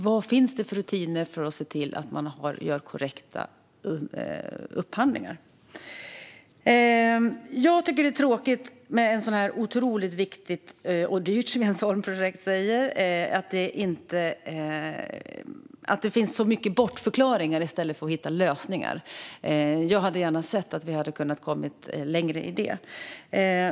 Vad finns det för rutiner för att se till att det sker korrekta upphandlingar? Det är tråkigt att det för ett så otroligt viktigt och dyrt projekt - som Jens Holm säger - finns så mycket bortförklaringar i stället för lösningar. Jag hade gärna sett att vi hade kommit längre.